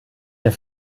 der